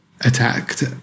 attacked